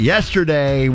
Yesterday